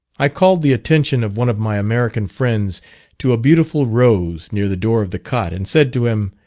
i called the attention of one of my american friends to a beautiful rose near the door of the cot, and said to him,